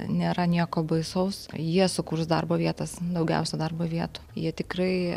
nėra nieko baisaus jie sukurs darbo vietas daugiausia darbo vietų jie tikrai